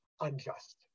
unjust